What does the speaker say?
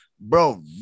Bro